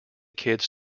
kids